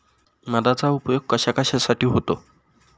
मधाचा उपयोग कशाकशासाठी होतो?